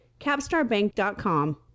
capstarbank.com